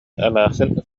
эмээхсин